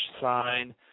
sign